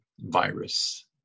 virus